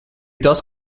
tas